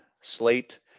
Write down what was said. slate